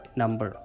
number